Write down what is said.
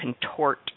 contort